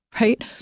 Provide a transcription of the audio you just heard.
Right